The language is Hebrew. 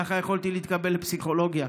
ככה יכולתי להתקבל לפסיכולוגיה.